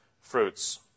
fruits